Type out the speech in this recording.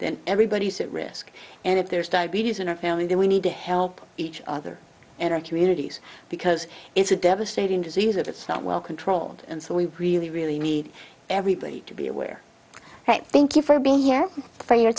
then everybody's at risk and if there's diabetes in our family then we need to help each other in our communities because it's a devastating disease that it's not well controlled and so we really really need everybody to be aware thank you for